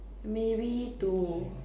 maybe to